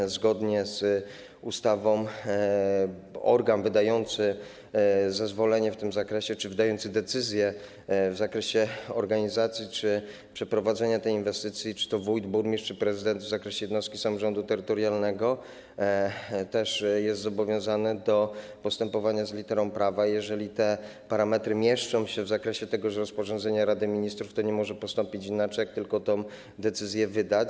Otóż zgodnie z ustawą organ wydający zezwolenie w tym zakresie czy wydający decyzję w zakresie organizacji czy przeprowadzenia takiej inwestycji - czy to wójt, burmistrz, czy prezydent w przypadku jednostki samorządu terytorialnego - też jest zobowiązany do postępowania zgodnie z literą prawa i jeżeli te parametry mieszczą się w zakresie tegoż rozporządzenia Rady Ministrów, to nie może postąpić inaczej jak tylko tę decyzję wydać.